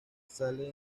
sale